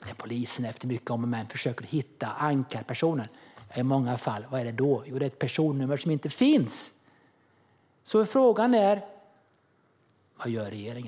att när polisen efter många om och men försöker hitta ankarpersonen handlar det i många fall om ett personnummer som inte finns. Frågan är: Vad gör regeringen?